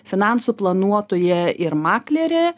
finansų planuotoja ir maklerė